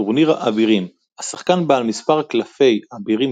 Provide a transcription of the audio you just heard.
טורניר אבירים - השחקן בעל מספר קלפי אבירים